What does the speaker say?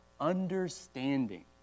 understanding